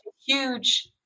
huge